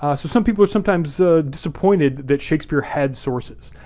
ah so some people were sometimes disappointed that shakespeare had sources,